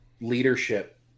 leadership